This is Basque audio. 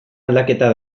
aldaketa